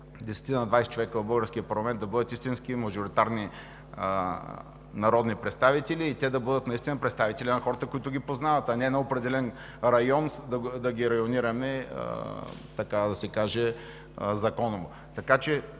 10 – 20 човека в българския парламент да бъдат истински мажоритарни народни представители и наистина представители на хората, които ги познават, а не на определен район, така да се каже, да